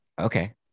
Okay